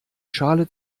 schale